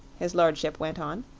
his lordship went on.